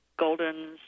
Goldens